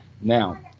Now